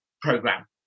program